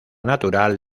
natural